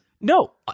no